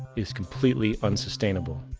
is completely unsustainable.